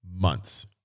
months